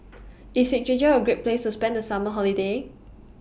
IS Czechia A Great Place to spend The Summer Holiday